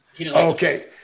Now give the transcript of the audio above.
Okay